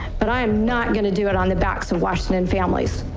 but i am not gonna do it on the backs of washington families.